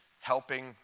helping